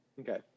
okay